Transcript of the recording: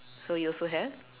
so you also have